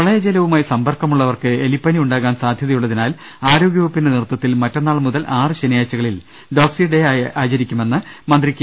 പ്രളയജലവുമായി സമ്പർക്കമുള്ളവർക്ക് എലിപ്പനി ഉണ്ടാ കാൻ സാധൃതയുള്ളതിനാൽ ആരോഗ്യവകുപ്പിന്റെ നേതൃത്വ ത്തിൽ മറ്റന്നാൾ മുതൽ ആറ് ശനിയാഴ്ചകളിൽ ഡോക്സി ഡേ ആയി ആചരിക്കുമെന്ന് മന്ത്രി കെ